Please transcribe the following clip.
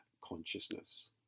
consciousness